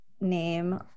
name